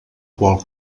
qual